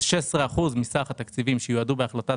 כלומר 16% מסך התקציבים שיועדו בהחלטת